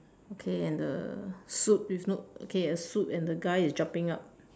okay and the suit with no okay a suit and the guy is jumping up